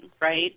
Right